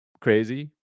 crazy